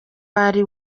ari